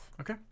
Okay